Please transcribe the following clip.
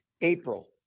April